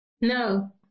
no